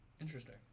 Interesting